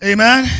Amen